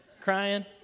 crying